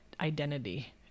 identity